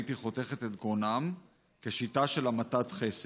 הייתי חותכת את גרונם כשיטה של המתת חסד.